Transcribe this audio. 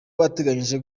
bateganyije